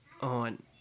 on